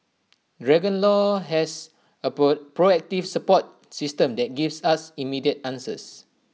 dragon law has A proactive support system that gives us immediate answers